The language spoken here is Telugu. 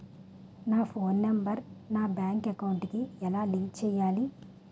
నా ఫోన్ నంబర్ నా బ్యాంక్ అకౌంట్ కి ఎలా లింక్ చేయాలి?